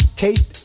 case